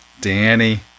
Danny